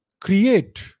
create